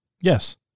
Yes